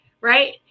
right